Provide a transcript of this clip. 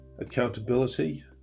accountability